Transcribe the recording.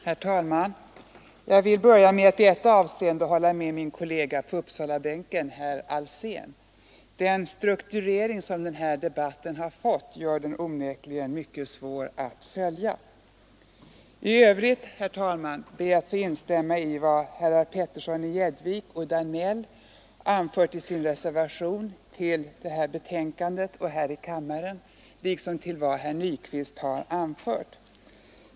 Herr talman! Jag vill börja med att i ett avseende hålla med min kollega på Uppsalabänken, herr Alsén. Den strukturering som den här debatten har fått gör den onekligen mycket svår att följa. I övrigt, herr talman, ber jag att få instämma i vad herrar Petersson i Gäddvik och Danell anfört i sin reservation till detta betänkande och här i kammaren, liksom i vad herr Nyquist har anfört.